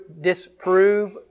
disprove